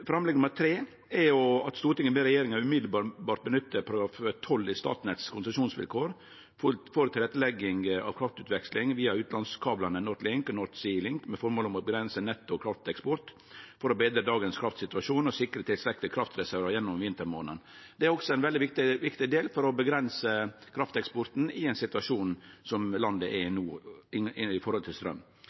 framlegg. Framlegg nr. 3 er: «Stortinget ber regjeringen umiddelbart benytte paragraf 12 i Statnetts konsesjonsvilkår for tilrettelegging av kraftutveksling via utenlands kablene NordLink og North Sea Link med formål om å begrense netto krafteksport for å bedre dagens kraftsituasjon og sikre tilstrekkelig kraftreserver gjennom vintermånedene.» Det er også en veldig viktig del for å avgrense krafteksporten i den straumsituasjonen som landet er i